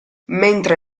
mentre